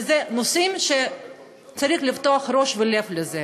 נושאים שצריך לפתוח את הראש ואת הלב להם.